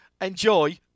Enjoy